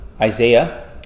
Isaiah